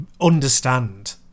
understand